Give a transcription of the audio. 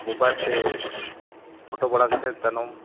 mobile ᱛᱮ photo ᱵᱟᱲᱟ ᱠᱟᱛᱮᱫ ᱛᱟᱭᱱᱚᱢ